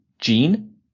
gene